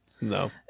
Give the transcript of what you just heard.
No